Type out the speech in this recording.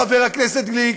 חבר הכנסת גליק,